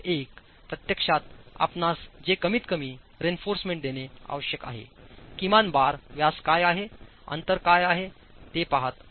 1 प्रत्यक्षात आपणास जे कमीतकमी reinforcement देणे आवश्यकआहे किमान बार व्यास काय आहे अंतर काय आहे ते पहात आहे